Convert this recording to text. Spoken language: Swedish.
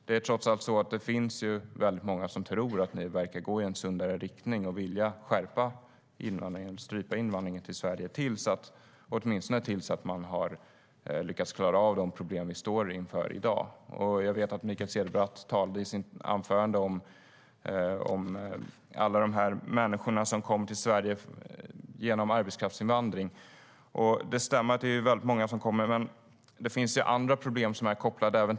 Det är trots allt många som tror att ni verkar gå i en sundare riktning och vill skärpa eller strypa invandringen till Sverige, åtminstone tills vi har lyckats klara av de problem som vi står inför i dag. Mikael Cederbratt talade i sitt anförande om alla människor som kommer till Sverige genom arbetskraftsinvandring. Det stämmer att väldigt många kommer på det sättet. Men det finns andra problem kopplade till det.